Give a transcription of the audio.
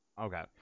Okay